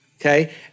Okay